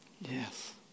Yes